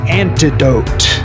antidote